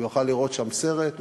והוא יוכל לראות שם סרט,